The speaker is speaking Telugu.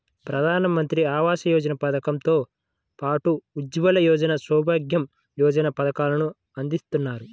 ప్రధానమంత్రి ఆవాస యోజన పథకం తో పాటు ఉజ్వల యోజన, సౌభాగ్య యోజన పథకాలను అందిత్తన్నారు